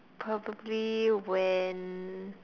probably when